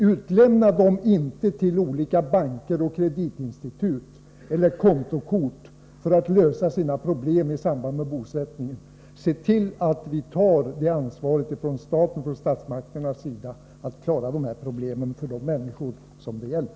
Utlämna dem inte till olika banker, kreditinstitut eller kontokortsfirmor när de skall lösa sina problem i samband med bosättningen. Se till att ni från statens och statsmakternas sida tar ert ansvar för att klara dessa problem för de människor som det gäller!